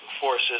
forces